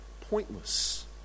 pointless